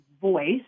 voice